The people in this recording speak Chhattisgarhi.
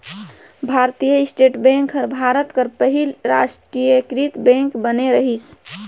भारतीय स्टेट बेंक हर भारत कर पहिल रास्टीयकृत बेंक बने रहिस